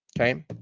okay